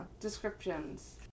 Descriptions